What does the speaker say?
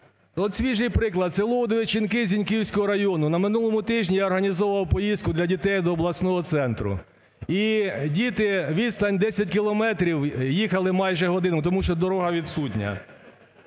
От свіжий приклад, це Удовиченки Зіньківського району. На минулому тижні я організовував поїздку для дітей до обласного центру. І діти відстань 10 кілометрів їхали майже годину, тому що дорога відсутня.